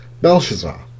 Belshazzar